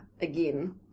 again